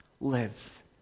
live